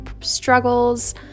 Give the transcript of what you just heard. struggles